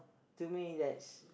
to me that's